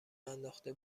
انداخته